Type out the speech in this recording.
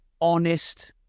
honest